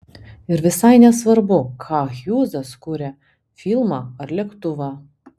ir visai nesvarbu ką hjūzas kuria filmą ar lėktuvą